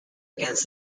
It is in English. against